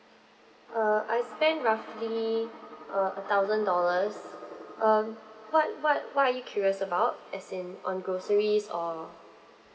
uh I spent roughly uh a thousand dollars um what what what are you curious about as in on groceries or